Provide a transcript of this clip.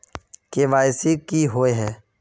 KYC की हिये है?